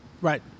Right